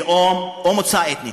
לאום או מוצא אתני.